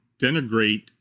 denigrate